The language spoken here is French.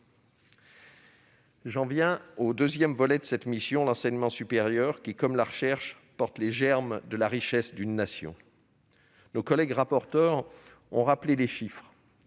J'en viens au deuxième volet de cette mission : l'enseignement supérieur, qui, comme la recherche, porte les germes de la richesse d'une nation. Nos collègues rapporteurs ont rappelé les chiffres